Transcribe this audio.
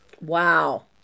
Wow